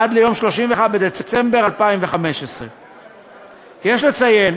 עד יום 31 בדצמבר 2015. יש לציין